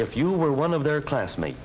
if you were one of their classmates